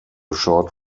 short